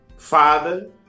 Father